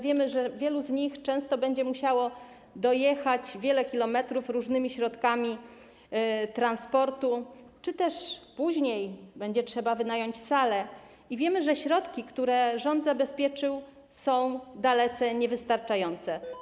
Wiemy, że wielu z nich będzie musiało dojechać wiele kilometrów różnymi środkami transportu czy też później będzie trzeba wynająć salę, i wiemy, że środki, które zabezpieczył rząd, są dalece niewystarczające.